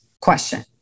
question